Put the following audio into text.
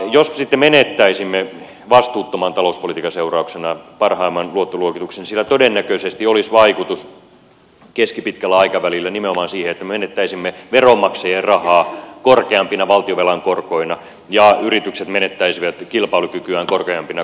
jos sitten menettäisimme vastuuttoman talouspolitiikan seurauksena parhaimman luottoluokituksen sillä todennäköisesti olisi vaikutus keskipitkällä aikavälillä nimenomaan siihen että me menettäisimme veronmaksajien rahaa korkeampina valtionvelan korkoina ja yritykset menettäisivät kilpailukykyään korkeampina korkoina